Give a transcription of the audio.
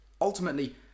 ultimately